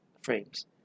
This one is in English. frames